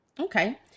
Okay